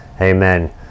Amen